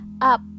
up